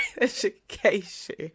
education